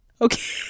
okay